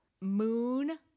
moon